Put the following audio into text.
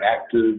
active